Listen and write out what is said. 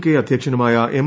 K അധൃക്ഷനുമായ M